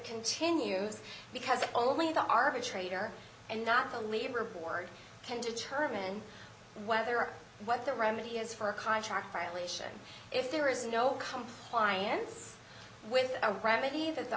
continues because only the arbitrator and not the leader board can determine whether or what the remedy is for a contract violation if there is no compliance with a remedy that the